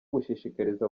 gushishikariza